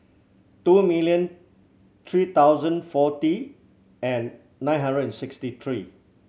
two million three thousand forty and nine hundred and sixty three